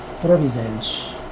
Providence